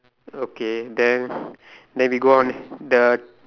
okay then then we go on the